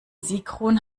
sigrun